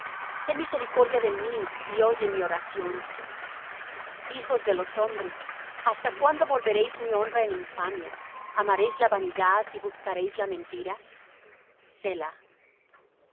ten misericordia de mí y oye mi oración hijos de los hombres hasta cuándo volveréis mi honra en infamia amaréis la vanidad y buscaréis la mentira